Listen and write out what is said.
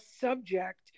subject